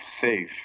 safe